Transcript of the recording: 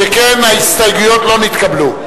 שכן ההסתייגויות לא נתקבלו.